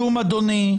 אדוני,